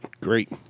Great